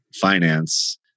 finance